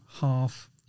half